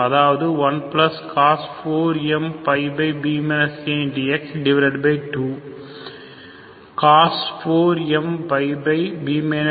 அதாவது1cos4mπb ax2 cos4mπb ax என்பது 0